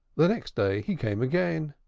the next day he came again.